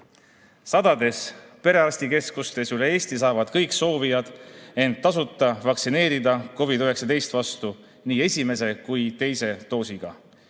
Sadades perearstikeskustes üle Eesti saavad kõik soovijad end tasuta vaktsineerida COVID-19 vastu nii esimese kui teise doosiga.